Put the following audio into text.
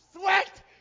sweat